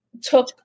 took